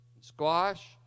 squash